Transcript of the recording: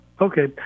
Okay